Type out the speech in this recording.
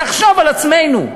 נחשוב על עצמנו.